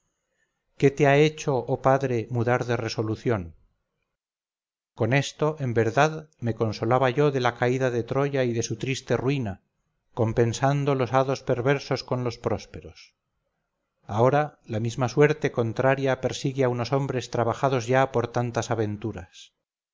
qué te ha hecho oh padre mudar de resolución con esto en verdad me consolaba yo de la caída de troya y de su triste ruina compensando los hados adversos con los prósperos ahora la misma suerte contraria persigue a unos hombres trabajados ya por tantas aventuras